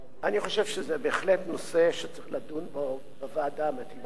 אני חושב שזה בהחלט נושא שצריך לדון בו בוועדה המתאימה.